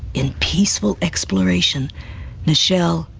in peaceful exploration michelle,